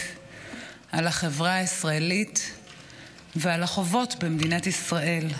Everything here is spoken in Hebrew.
על החברה הישראלית ועל החובות במדינת ישראל,